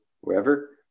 wherever